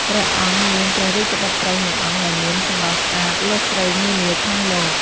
ព្រះអង្គមានព្រះរាជបុត្រីមួយអង្គ ដែលមានសម្រស់ស្អាតលើសស្រីនានាក្នុងលោក។